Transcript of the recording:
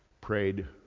prayed